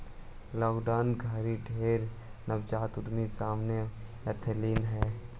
lockdown घरी ढेर नवजात उद्यमी सामने अएलथिन हे